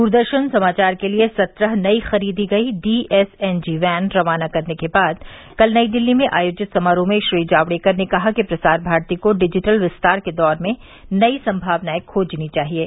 दूरदर्शन समाचार के लिए सत्रह नई खरीदी गई D S N G van रवाना करने के बाद कल नई दिल्ली में आयोजित समारोह में श्री जावर्डेकर ने कहा कि प्रसार भारती को डिजिटल विस्तार के दौर में नई संभावनाएं खोजनी चाहिएं